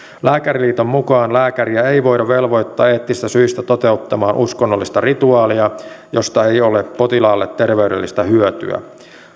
lääkäriliiton mukaan lääkäriä ei voida velvoittaa eettisistä syistä toteuttamaan uskonnollista rituaalia josta ei ole potilaalle terveydellistä hyötyä